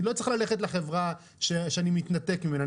אני לא צריך ללכת לחברה שאני מתנתק ממנה.